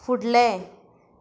फुडलें